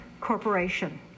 Corporation